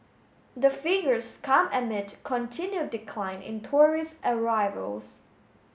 the figures come amid continued decline in tourist arrivals